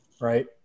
right